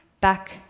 back